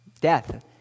Death